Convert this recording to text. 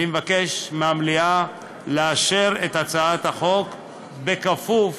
אני מבקש מהמליאה לאשר את הצעת החוק בכפוף